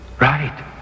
Right